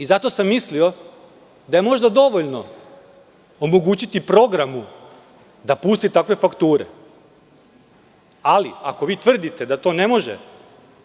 Zato sam mislio da je možda dovoljno omogućiti programu da pusti takve fakture. Ali, ako vi tvrdite da to ne može